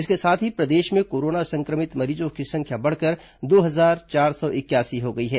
इसके साथ ही प्रदेश में कोरोना संक्रमित मरीजों की संख्या बढ़कर दो हजार चार सौ इक्यासी हो गई है